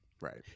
right